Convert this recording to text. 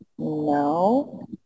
no